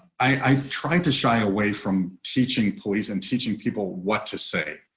i tried to shy away from teaching police and teaching people what to say.